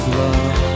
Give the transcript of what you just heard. love